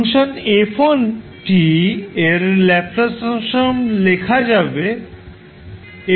function f1 এর Laplace transform লেখা হবে F1